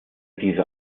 diese